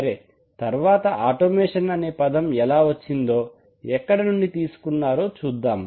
సరే తర్వాత ఆటోమేషన్ అనే పదం ఎలా వచ్చిందో ఎక్కడి నుండి తీసుకున్నారో చూద్దాం